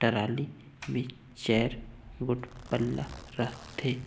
trolley मे चाएर गोट पल्ला रहथे